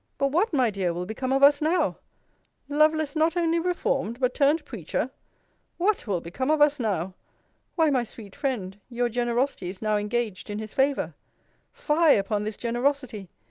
but what, my dear, will become of us now lovelace not only reformed, but turned preacher what will become of us now why, my sweet friend, your generosity is now engaged in his favour fie upon this generosity!